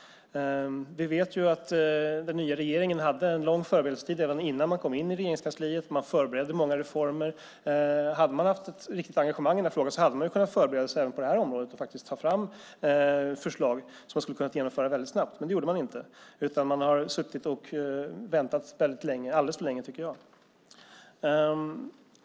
Vi vet att den nya regeringen hade en lång förberedelsetid redan innan man kom in i Regeringskansliet. Man förberedde många reformer. Om man hade haft ett riktigt engagemang i den här frågan hade man kunnat förbereda sig även på det området och ta fram förslag som man sedan snabbt kunnat genomföra. Det gjordes dock inte. I stället har man suttit och väntat väldigt länge - alldeles för länge, tycker jag.